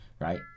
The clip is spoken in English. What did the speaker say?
right